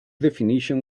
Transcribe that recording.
definition